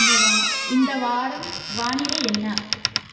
இந்த வா இந்த வாரம் வானிலை என்ன